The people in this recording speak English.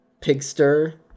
pigster